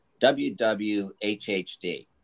WWHHD